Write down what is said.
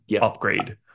upgrade